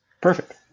Perfect